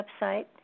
website